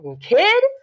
kid